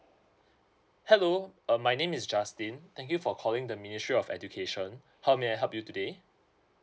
hello uh my name is justin thank you for calling the ministry of education how may I help you today